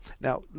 Now